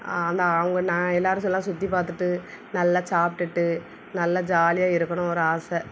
அந்த அவங்க நான் எல்லோரும் சொல்லா சுற்றி பார்த்துட்டு நல்லா சாப்பிட்டுட்டு நல்லா ஜாலியாக இருக்கணும் ஒரு ஆசை